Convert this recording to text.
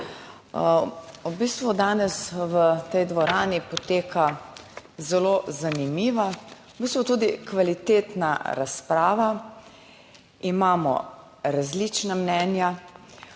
V bistvu danes v tej dvorani poteka zelo zanimiva, v bistvu tudi kvalitetna razprava. Imamo različna mnenja,